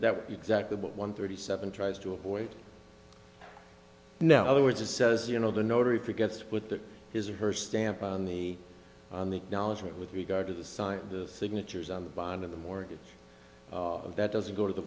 that exactly what one thirty seven tries to avoid now other words it says you know the notary forgets to put his or her stamp on the on the knowledge with regard to the sign the signatures on the bottom of the mortgage that doesn't go to the